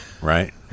right